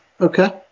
Okay